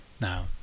Now